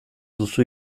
duzu